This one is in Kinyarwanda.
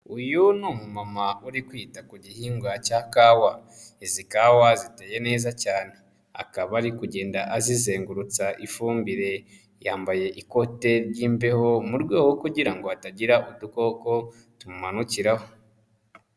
Uyu ni umumama uri kwita ku gihingwa cya kawa, izi kawa ziteye neza cyane, akaba ari kugenda azizengurutsa ifumbire, yambaye ikote ry'imbeho mu rwego kugira ngo hatagira udukoko tumumanukiraho.